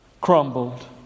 crumbled